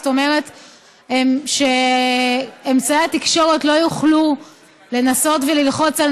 זאת אומרת שאמצעי התקשורת לא יוכלו לנסות וללחוץ על